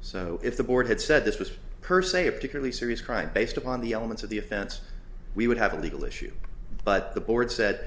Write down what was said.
so if the board had said this was per se a particularly serious crime based upon the elements of the offense we would have a legal issue but the board